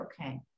okay